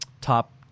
top